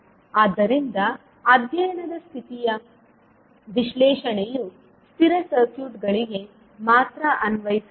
ಆದ್ದರಿಂದ ಅಧ್ಯಯನದ ಸ್ಥಿತಿಯ ವಿಶ್ಲೇಷಣೆಯು ಸ್ಥಿರ ಸರ್ಕ್ಯೂಟ್ಗಳಿಗೆ ಮಾತ್ರ ಅನ್ವಯಿಸುತ್ತದೆ